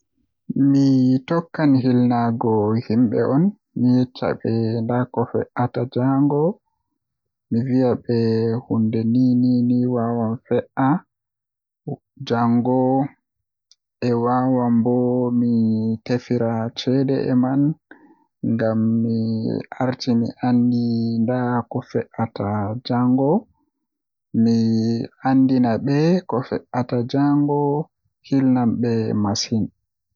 Eh mi tokkan hilnaago himɓe on mi yecca be nda ko fe'ata jango Miviyaɓe huunde niinini ɗo wawan fe'a jango eh wawan bo mi Tefira ceede be man ngam mi arti mi andi ko fe'ata jango, Hilnan ɓe masin.